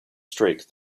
streak